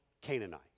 Canaanite